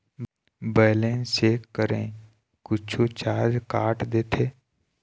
Balance check करें कुछू charge काट देथे?